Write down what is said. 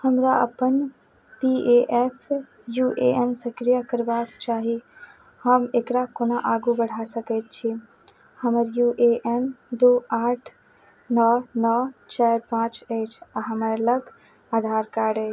हमरा अपन P A F U A N सक्रिय करबाक चाही हम एकरा कोना आगू बढ़ा सकैत छी हमर यू ए एन दू आठ नओ नओ चारि पाँच अछि आओर हमर लग आधार कार्ड अइ